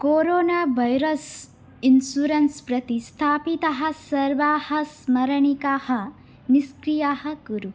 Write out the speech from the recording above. corona virus insurance प्रति स्थापिताः सर्वाः स्मारकाः निष्क्रियाः कुरु